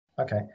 Okay